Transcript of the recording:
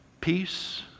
Peace